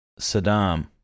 Saddam